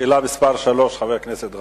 שאלה 3, חבר הכנסת גנאים.